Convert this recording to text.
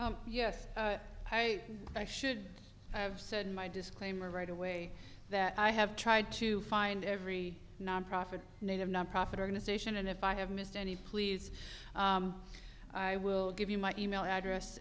yes i should have said my disclaimer right away that i have tried to find every nonprofit native nonprofit organization and if i have missed any please i will give you my e mail address